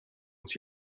uns